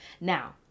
Now